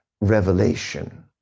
revelation